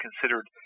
considered